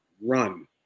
run